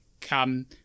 come